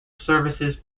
services